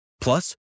Plus